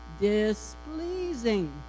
Displeasing